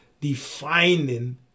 defining